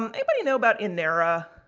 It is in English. um anybody know about inera?